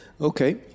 Okay